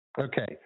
Okay